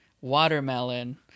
watermelon